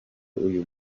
uyu